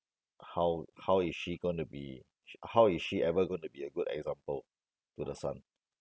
how how is she going to be sh~ how is she ever going to be a good example to the son